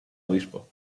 obispo